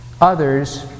others